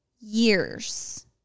years